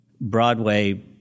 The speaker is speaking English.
Broadway